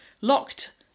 locked